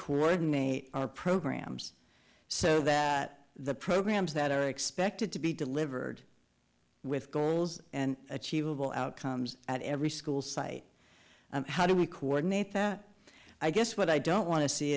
coordinate our programs so that the programs that are expected to be delivered with goals and achievable outcomes at every school site how do we coordinate that i guess what i don't want to see